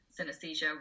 synesthesia